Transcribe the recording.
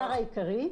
הדבר העיקרי,